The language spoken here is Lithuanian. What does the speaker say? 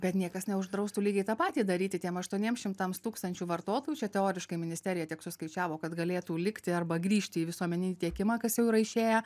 bet niekas neuždraustų lygiai tą patį daryti tiem aštuoniem šimtams tūkstančių vartotojų čia teoriškai ministerija tiek suskaičiavo kad galėtų likti arba grįžti į visuomeninį tiekimą kas jau yra išėję